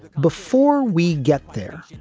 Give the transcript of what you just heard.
before we get there,